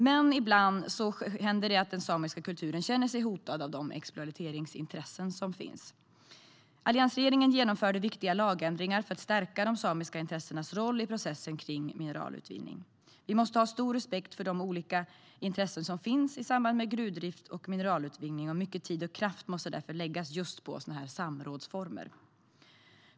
Men ibland händer det att den samiska kulturen känner sig hotad av de exploateringsintressen som finns. Alliansregeringen genomförde viktiga lagändringar för att stärka de samiska intressenas roll i processen kring mineralutvinning. Vi måste ha stor respekt för de olika intressen som finns i samband med gruvdrift och mineralutvinning. Mycket tid och kraft måste därför läggas just på olika samrådsformer.